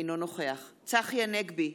אינו נוכח צחי הנגבי,